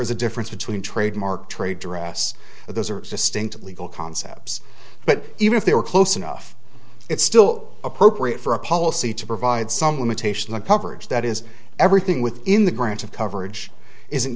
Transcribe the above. is a difference between trademark trade dress those are distinct legal concepts but even if they were close enough it still appropriate for a policy to provide some limitation of coverage that is everything within the grant of coverage isn't